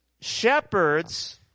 shepherds